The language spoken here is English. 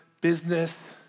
business